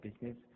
business